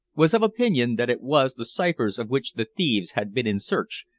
was of opinion that it was the ciphers of which the thieves had been in search,